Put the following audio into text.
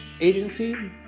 agency